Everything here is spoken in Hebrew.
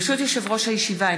ברשות יושב-ראש הישיבה,